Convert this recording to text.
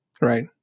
right